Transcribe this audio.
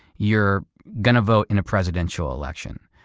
you're going to vote in a presidential election.